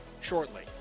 shortly